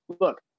look